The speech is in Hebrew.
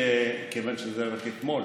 כיוון שרק אתמול